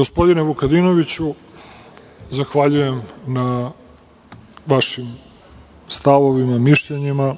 Gospodine Vukadinoviću, zahvaljujem na vašim stavovima i mišljenjima.